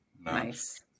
nice